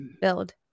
build